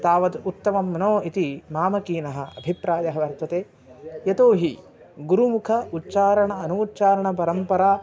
तावत् उत्तमं नो इति मामकीनः अभिप्रायः वर्तते यतो हि गुरुमुख उच्चारण अनूच्चारणपरम्परा